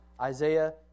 Isaiah